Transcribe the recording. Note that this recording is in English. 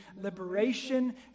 liberation